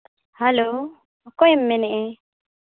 hello ᱚᱠᱚᱭᱮᱢ ᱢᱮᱱᱮᱫᱼᱟ